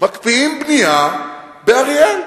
מקפיאים בנייה באריאל.